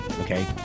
okay